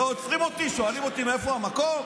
נראה לך שלא עוצרים אותי ושואלים אותי מאיפה המקור?